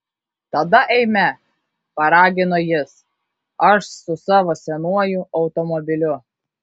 tada eime paragino jis aš su savo senuoju automobiliu